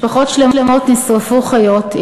משפחות שלמות נשרפו חיות,